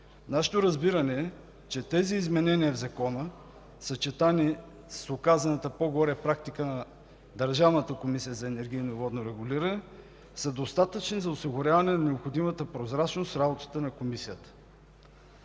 Нашето разбиране е, че тези изменения в закона, съчетани с указаната по-горе практика на Държавната комисия за енергийно и водно регулиране са достатъчни за осигуряване на необходимата прозрачност в работата на Комисията.